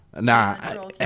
Nah